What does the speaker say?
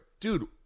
Dude